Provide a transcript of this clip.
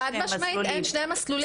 חד משמעית אין שני מסלולים.